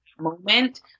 moment